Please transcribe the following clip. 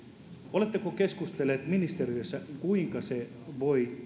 oletteko keskustelleet ministeriössä mitä se voi